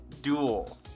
Duel